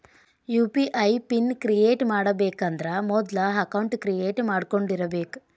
UPI PIN create ಮಾಡಬೇಕಂದ್ರ ಮೊದ್ಲ account create ಮಾಡ್ಕೊಂಡಿರಬೆಕ್